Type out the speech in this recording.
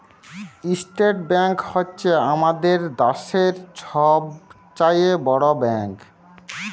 state bank হছে আমাদের দ্যাশের ছব চাঁয়ে বড় ব্যাংক